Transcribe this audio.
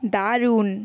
দারুণ